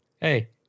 hey